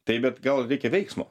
taip bet gal reikia veiksmo